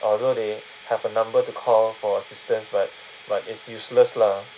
although they have a number to call for assistance but but it's useless lah